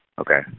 Okay